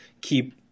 keep